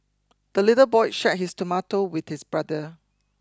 the little boy shared his tomato with his brother